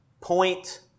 point